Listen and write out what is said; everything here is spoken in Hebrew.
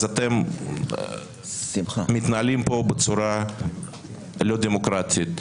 אז אתם מתנהלים פה בצורה לא דמוקרטית,